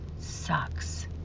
sucks